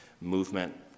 movement